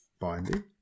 binding